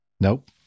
Nope